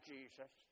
Jesus